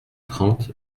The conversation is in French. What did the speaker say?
trente